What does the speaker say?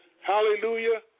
Hallelujah